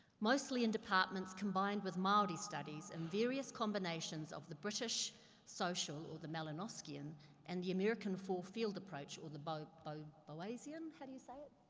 mostly in departments combined with maori studies and various combinations of the british social, or the melenoscian, like and the american four field approach, or the bo, bo, bo-asian, how do you say it?